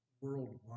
worldwide